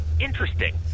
interesting